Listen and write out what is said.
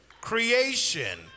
creation